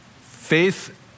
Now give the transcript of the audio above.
Faith